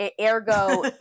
ergo